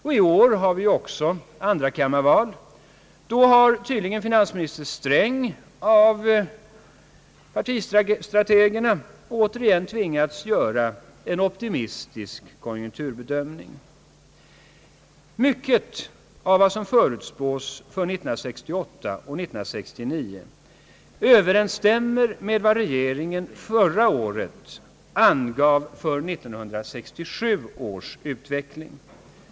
I år har vi andrakammarval, och då har tydligen finansminister Sträng av partistrategerna återigen tvingats göra en optimistisk konjunkturbedömning. Mycket av vad som förutspås för 1968 och 1969 överensstämmer med vad regeringen förra året angav för 1967 års utveckling.